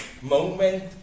moment